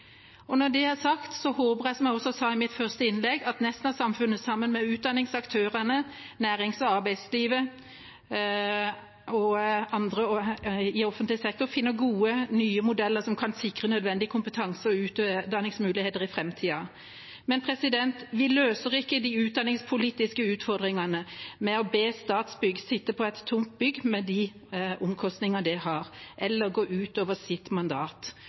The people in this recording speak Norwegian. Når det er sagt, håper jeg, som jeg også sa i mitt første innlegg, at Nesna-samfunnet, sammen med utdanningsaktørene, næringslivet og arbeidslivet og andre i offentlig sektor, finner gode, nye modeller som kan sikre nødvendig kompetanse og utdanningsmuligheter i framtida. Men vi løser ikke de utdanningspolitiske utfordringene ved å be Statsbygg sitte på et tomt bygg, med de omkostninger det har, eller gå ut over sitt mandat.